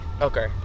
Okay